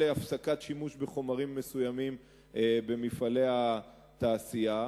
הפסקת שימוש בחומרים מסוימים במפעלי התעשייה.